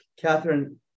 Catherine